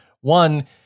One